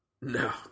No